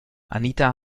anita